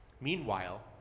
Meanwhile